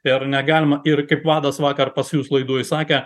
ir negalima ir kaip vadas vakar pas jus laidoj sakė